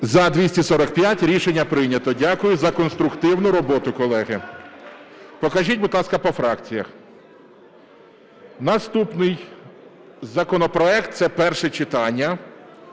За-245 Рішення прийнято, дякую за конструктивну роботу, колеги. Покажіть, будь ласка, по фракціях. Наступний законопроект. Це перше читання,